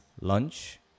lunch